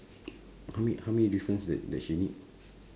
how many how many difference that that she need